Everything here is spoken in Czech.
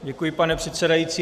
Děkuji, pane předsedající.